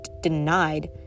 denied